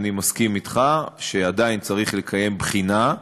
אני מסכים אתך שעדיין צריך לקיים בחינה,